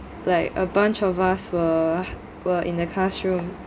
like a bunch of us were were in the classroom